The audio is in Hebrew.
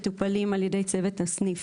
מטופלים על ידי צוות הסניף.